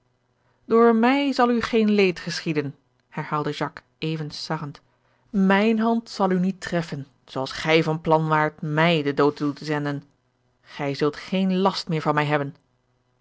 door mij zal u geen leed geschieden herhaalde jacques even sarrend mijne hand zal u niet treffen zooals gij van plan waart mij den dood toe te zenden grij zult geen last meer van mij hebben